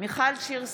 מיכל שיר סגמן,